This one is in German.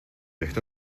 recht